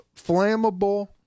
flammable